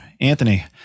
Anthony